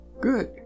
good